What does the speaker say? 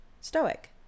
Stoic